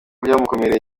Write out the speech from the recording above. byamukomereye